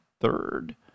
third